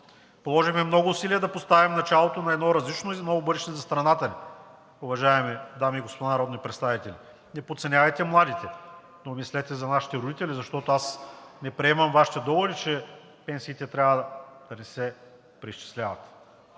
Положихме много усилия да поставим началото на едно различно и ново бъдеще за страната ни, уважаеми дами и господа народни представители. Не подценявайте младите, но мислете за нашите родители, защото не приемам Вашите доводи, че пенсиите трябва да не се преизчисляват